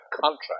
contract